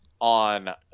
on